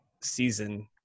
season